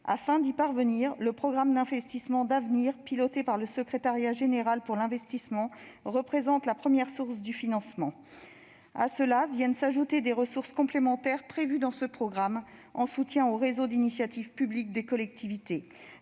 Afin d'y parvenir, le programme d'investissements d'avenir (PIA) piloté par le secrétariat général pour l'investissement représente la première source de financement. À cela viennent s'ajouter plusieurs ressources complémentaires prévues dans ce programme, en soutien aux réseaux d'initiative publique des collectivités.